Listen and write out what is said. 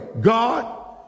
God